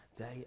day